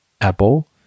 Apple